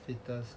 eat first